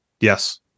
Yes